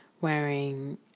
wearing